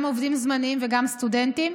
גם עובדים זמניים וגם סטודנטים,